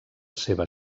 seva